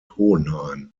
hohenheim